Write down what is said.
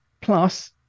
Plus